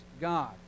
god